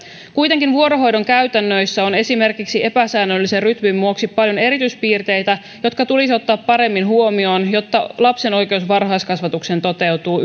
kuitenkin vuorohoidon käytännöissä on esimerkiksi epäsäännöllisen rytmin vuoksi paljon erityispiirteitä jotka tulisi ottaa paremmin huomioon jotta lapsen oikeus varhaiskasvatukseen toteutuisi